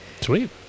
Sweet